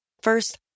First